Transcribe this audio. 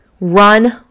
run